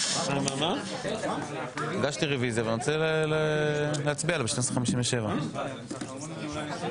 הקליטה והתפוצות): לגבי מה שאמרת -- אולי הוא ישתכנע